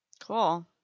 Cool